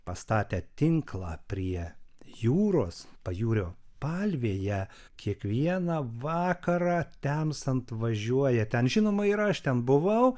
pastatę tinklą prie jūros pajūrio palvėje kiekvieną vakarą temstant važiuoja ten žinoma ir aš ten buvau